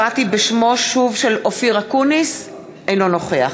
אופיר אקוניס, אינו נוכח